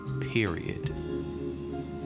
period